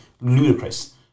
ludicrous